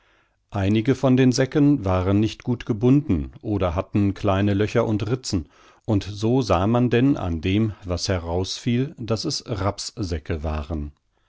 einige von den säcken waren nicht gut gebunden oder hatten kleine löcher und ritzen und so sah man denn an dem was herausfiel daß es rapssäcke waren